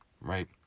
right